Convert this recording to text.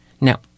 Now